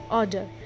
order